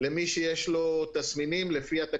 ומי שיכול לעלות לפי מספר האנשים ימתין בתוך השטח המגודר.